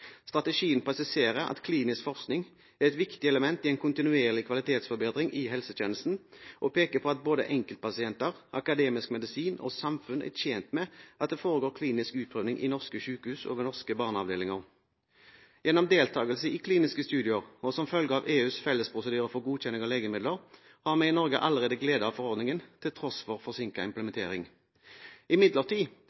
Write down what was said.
Strategien presiserer at klinisk forskning er et viktig element i en kontinuerlig kvalitetsforbedring i helsetjenesten, og peker på at både enkeltpasienter, akademisk medisin og samfunn er tjent med at det foregår klinisk utprøvning i norske sykehus og ved norske barneavdelinger. Gjennom deltakelse i kliniske studier, og som følge av EUs fellesprosedyrer for godkjenning av legemidler, har vi i Norge allerede glede av forordningen, til tross for